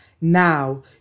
Now